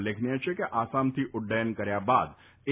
ઉલ્લેખનીય છે કે આસામથી ઉડ્ડયન કર્યા બાદ એ